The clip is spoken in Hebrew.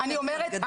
אני אומרת,